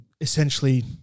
essentially